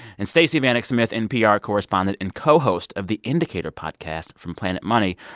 and stacey vanek smith, npr correspondent and co-host of the indicator podcast from planet money,